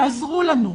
תעזרו לנו.